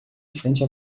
frente